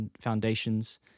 foundations